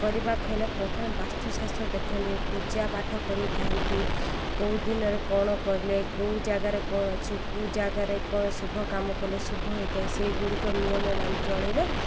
କରିବାକୁ ହେଲେ ପ୍ରଥମେ ବାସ୍ତୁଶାସ୍ତ୍ର ଦେଖନ୍ତି ପୂଜା ପାଠ କରିଥାନ୍ତି କେଉଁ ଦିନରେ କଣ କଲେ କେଉଁ ଜାଗାରେ କଣ ଅଛି କେଉଁ ଜାଗାରେ କଣ ଶୁଭ କାମ କଲେ ଶୁଭ ହେଇଥାଏ ସେଇଗୁଡ଼ିକ ନିୟମ ମାନି ଚଳିଲେ